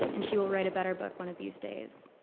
and she will write a better book one of these days.